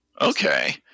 Okay